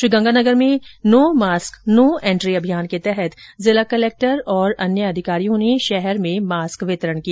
श्रीगंगानगर में no mask no entry अभियान के तहत जिला कलेक्टर और अन्य अधिकारियों ने शहर में मास्क वितरण किया